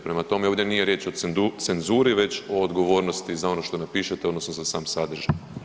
Prema tome, ovdje nije riječ o cenzuri već o odgovornosti za ono što napišete odnosno za sam sadržaj.